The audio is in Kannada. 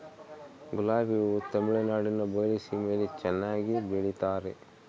ಗುಲಾಬಿ ಹೂ ತಮಿಳುನಾಡಿನ ಬಯಲು ಸೀಮೆಯಲ್ಲಿ ಚೆನ್ನಾಗಿ ಬೆಳಿತಾರ